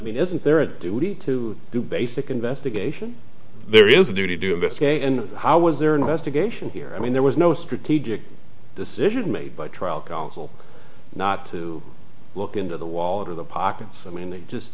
been isn't there a duty to do basic investigation there is a duty to investigate and how is their investigation here i mean there was no strategic decision made by trial counsel not to look into the wallet or the pockets i mean they just